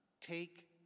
take